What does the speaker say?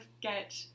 get